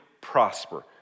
prosper